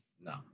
no